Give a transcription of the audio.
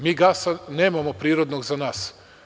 Mi gasa nemamo prirodnog za nas.